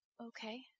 Okay